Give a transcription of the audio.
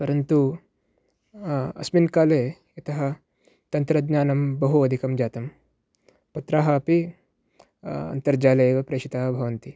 परन्तु अस्मिन् काले यतः तन्त्रज्ञानं बहु अधिकं जातं पत्राः अपि अन्तर्जाले एव प्रेषिताः भवन्ति